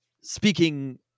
speaking